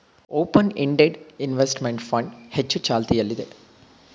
open ended investment fund ಹೆಚ್ಚು ಚಾಲ್ತಿಯಲ್ಲಿದೆ